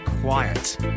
quiet